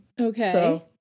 Okay